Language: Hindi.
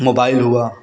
मोबाइल हुआ